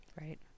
Right